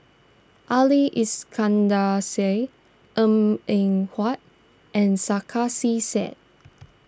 Ali Iskandar Shah Eng in Huat and Sarkasi Said